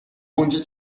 اونجا